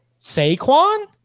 Saquon